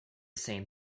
same